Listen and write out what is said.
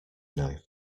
knife